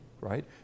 right